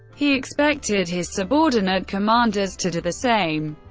he expected his subordinate commanders to do the same.